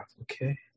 okay